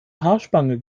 haarspange